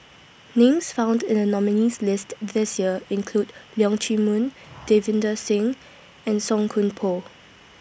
Names found in The nominees' list This Year include Leong Chee Mun Davinder Singh and Song Koon Poh